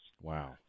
Wow